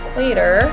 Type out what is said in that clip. later